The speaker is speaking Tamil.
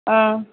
ஆ ஆ